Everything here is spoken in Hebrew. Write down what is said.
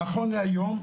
נכון להיום,